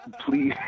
Please